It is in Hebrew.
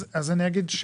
אני אגיד,